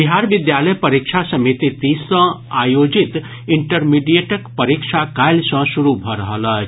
बिहार विद्यालय परीक्षा समिति दिस सँ आयोजित इंटरमीडिएटक परीक्षा काल्हि सँ शुरू भऽ रहल अछि